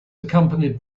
accompanied